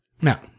Now